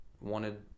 wanted